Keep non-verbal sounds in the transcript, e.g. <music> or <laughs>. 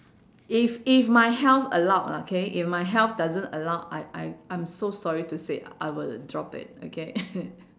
if if my health allowed lah K if my health doesn't allowed I I I'm so sorry to say I will drop it okay <laughs>